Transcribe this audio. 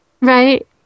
Right